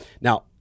Now